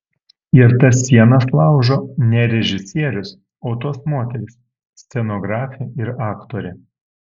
ir tas sienas laužo ne režisierius o tos moterys scenografė ir aktorė